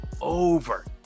over